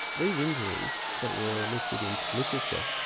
these injuries that were listed in literature,